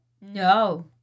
No